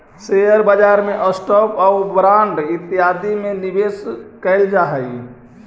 share बाजार में stock आउ बांड इत्यादि में निवेश कैल जा हई